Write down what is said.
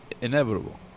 inevitable